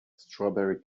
strawberry